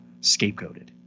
scapegoated